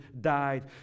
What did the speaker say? died